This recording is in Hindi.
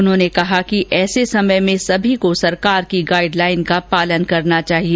उन्होंने कहा कि ऐसे समय में सभी को सरकार की गाइडलाइन का पालन करना चाहिए